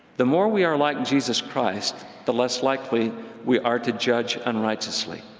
the more we are like jesus christ, the less likely we are to judge unrighteously,